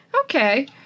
Okay